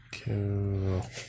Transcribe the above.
Cool